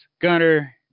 Gunner